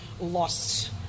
lost